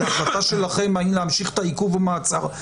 להחלטה שלכם האם להמשיך את העיכוב ואת המעצר.